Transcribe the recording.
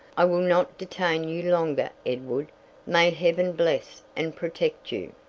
i will not detain you longer, edward may heaven bless and protect you!